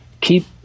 keep